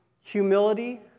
humility